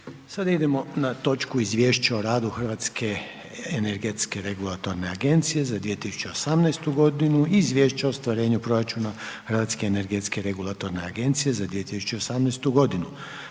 Gordan (HDZ)** Izvješće o radu Hrvatske energetske regulatorne agencije za 2018. godinu i Izvješće o ostvarenju proračuna Hrvatske energetske regulatorne agencije za 2018. godinu.